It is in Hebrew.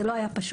זה לא היה פשוט,